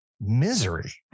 misery